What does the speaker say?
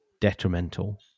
detrimental